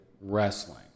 wrestling